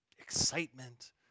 excitement